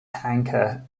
tanker